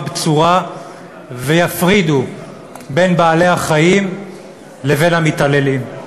בצורה ויפרידו בין בעלי-החיים לבין המתעללים.